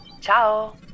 Ciao